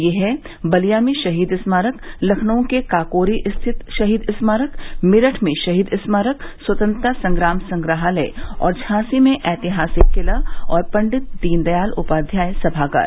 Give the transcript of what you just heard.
ये हैं बलिया में शहीद स्मारक लखनऊ के काकोरी स्थित शहीद स्मारक मेरठ में शहीद स्मारक स्वतंत्रता संग्राम संग्रहालय और झांसी में ऐतिहासिक किला और पंडित दीनदयाल उपाध्याय समागार